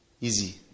Easy